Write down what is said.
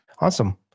Awesome